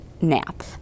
nap